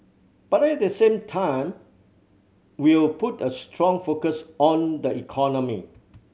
but at the same time we'll put a strong focus on the economy